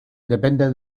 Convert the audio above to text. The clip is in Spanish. depende